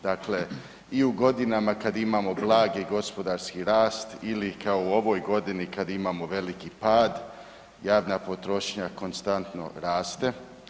Dakle, i u godinama kada imamo blagi gospodarski rast ili kao u ovoj godini kada imamo veliki pad, javna potrošnja konstantno raste.